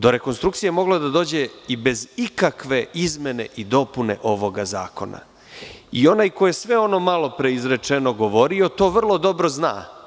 Do rekonstrukcije je moglo da dođe i bez ikakve izmene i dopune ovog zakona i onaj koji je sve ono malopre izrečeno govorio, to vrlo dobro zna.